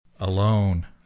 Alone